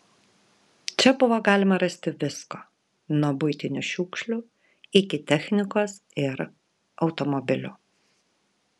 čia buvo galima rasti visko nuo buitinių šiukšlių iki technikos ir automobilių